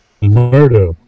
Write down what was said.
murder